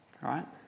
Right